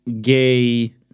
gay